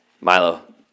Milo